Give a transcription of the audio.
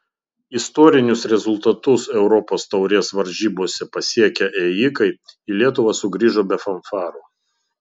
istorinius rezultatus europos taurės varžybose pasiekę ėjikai į lietuvą sugrįžo be fanfarų